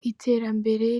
iterambere